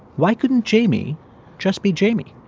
why couldn't jamie just be jamie?